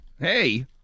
Hey